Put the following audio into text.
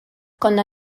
konna